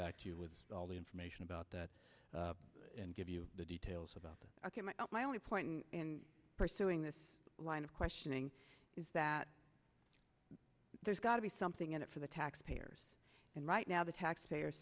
back to you with all the information about that and give you the details about that argument my only point in pursuing this line of questioning is that there's got to be something in it for the taxpayers and right now the taxpayer